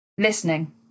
listening